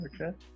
Okay